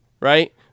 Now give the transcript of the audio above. right